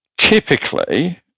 typically